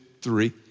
three